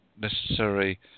necessary